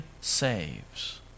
saves